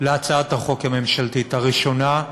להצעת החוק הממשלתית: הראשונה,